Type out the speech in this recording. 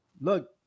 look